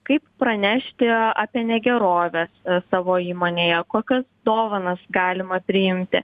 kaip pranešti apie negeroves savo įmonėje kokias dovanas galima priimti